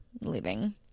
leaving